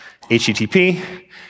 HTTP